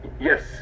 yes